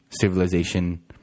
civilization